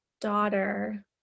daughter